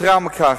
יתירה מכך,